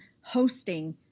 hosting